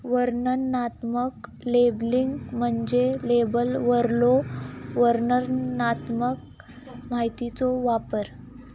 वर्णनात्मक लेबलिंग म्हणजे लेबलवरलो वर्णनात्मक माहितीचो वापर